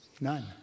None